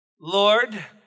Lord